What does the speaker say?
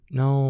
no